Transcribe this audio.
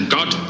God